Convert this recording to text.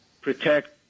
protect